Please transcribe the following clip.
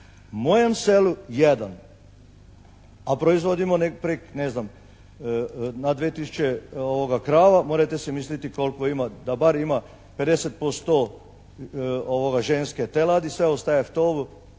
mojem selu jedan, a proizvodimo prek, ne znam, na 2 tisuće krava. Morete si misliti koliko ima, da bar ima 50% ovoga ženske teladi. Sve ostaje u tovu,